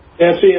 Nancy